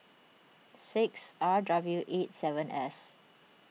six R W eight seven S